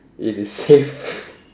in his safe